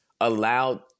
allowed